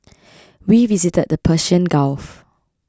we visited the Persian Gulf